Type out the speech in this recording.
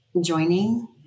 joining